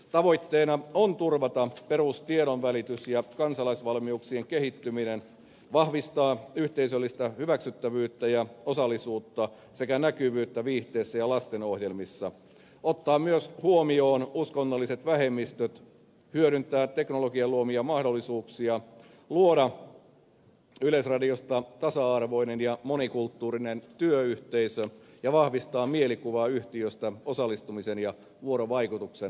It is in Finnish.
tavoitteena on turvata perustiedonvälitys ja kansalaisvalmiuksien kehittyminen vahvistaa yhteisöllistä hyväksyttävyyttä ja osallisuutta sekä näkyvyyttä viihteessä ja lastenohjelmissa ottaa myös huomioon uskonnolliset vähemmistöt hyödyntää teknologian luomia mahdollisuuksia luoda yleisradiosta tasa arvoinen ja monikulttuurinen työyhteisö ja vahvistaa mielikuvaa yhtiöstä osallistumisen ja vuorovaikutuksen edistäjänä